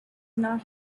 not